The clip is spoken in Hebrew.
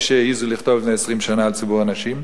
שהעזו לכתוב לפני 20 שנה על ציבור הנשים.